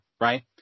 right